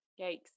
Yikes